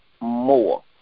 more